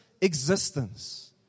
existence